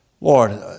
Lord